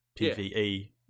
PvE